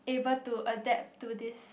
able to adapt to these